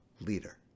leader